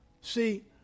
see